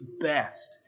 best